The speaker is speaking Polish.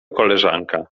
koleżanka